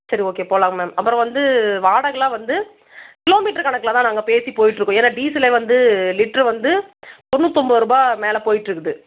சரி ஓகே போகலாங்க மேம் அப்புறம் வந்து வாடகைலாம் வந்து கிலோமீட்டர் கணக்கில் தான் நாங்கள் பேசி போய்ட்டு இருக்கோம் ஏன்னா டீசலே வந்து லிட்ரு வந்து தொண்ணூத்தொம்போது ரூபாய் மேலே போய்ட்டு இருக்குது